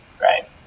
right